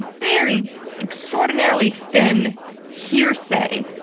very extraordinarily thin hearsay,